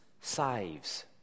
saves